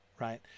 right